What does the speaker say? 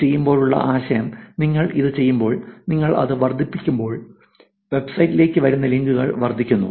ഇത് ചെയ്യുമ്പോഴുള്ള ആശയം നിങ്ങൾ ഇത് ചെയ്യുമ്പോൾ നിങ്ങൾ അത് വർദ്ധിപ്പിക്കുമ്പോൾ വെബ്സൈറ്റിലേക്ക് വരുന്ന ലിങ്കുകൾ വർദ്ധിക്കുന്നു